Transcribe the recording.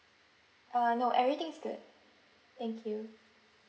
uh no everything is good thank you